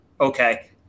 Okay